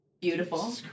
Beautiful